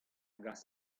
gas